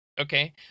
okay